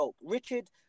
Richard